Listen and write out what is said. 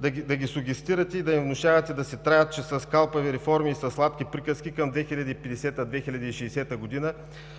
да ги сугестирате и да им внушавате да си траят, че с калпави реформи и със сладки приказки към 2050 – 2060